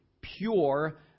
pure